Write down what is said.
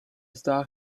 stuck